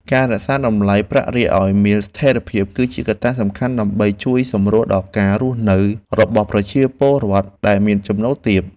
ការរក្សាតម្លៃប្រាក់រៀលឱ្យមានស្ថិរភាព គឺជាកត្តាសំខាន់ដើម្បីជួយសម្រួលដល់ការរស់នៅរបស់ប្រជាពលរដ្ឋដែលមានចំណូលទាប។